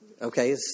Okay